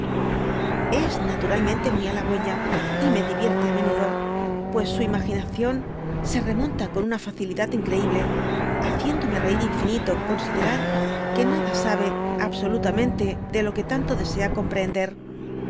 es naturalmeite muy alhagüeña y me divierte á menudo pues su imaginación se remonta con una facilidad increíble haciéndome reir infinito considerar que nada sabe absolutamente de lo que tanto desea comprehender